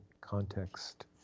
context